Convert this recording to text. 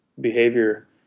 behavior